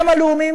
גם הלאומיים,